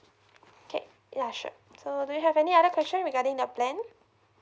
okay yeah sure so do you have any other question regarding the plan